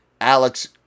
Alex